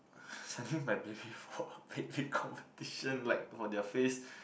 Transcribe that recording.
sending my baby for a baby competition like for their face